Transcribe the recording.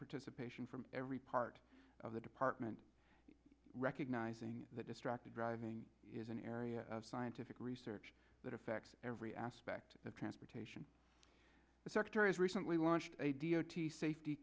participation from every part of the department recognizing that distracted driving is an area of scientific research that affects every aspect the transportation sector has recently launched a d o t safety